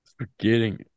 forgetting